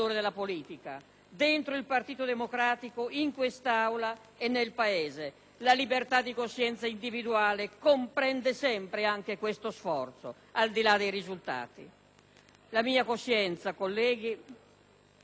La libertà di coscienza individuale comprende sempre anche questo sforzo, al di là dei risultati. La mia coscienza, colleghi, si è formata nell'Italia democratica e nella Chiesa del Concilio;